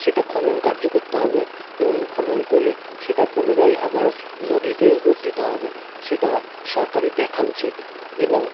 সেটা খনন কার্য করতে হবে এবং খনন করে সেটা পুনরায় আবার নদীতে রূপ দিতে হবে সেটা সরকারের দেখা উচিত এবং